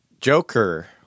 Joker